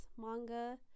manga